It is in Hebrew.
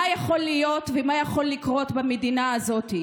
מה יכול להיות ומה יכול לקרות במדינה הזאת.